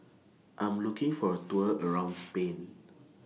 I Am looking For A Tour around Spain